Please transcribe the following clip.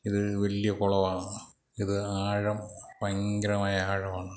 ഇത് വലിയ കുളമാണ് ഇത് ആഴം ഭയങ്കരമായ ആഴമാണ്